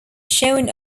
shown